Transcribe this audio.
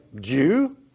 Jew